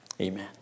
amen